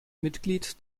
mitglied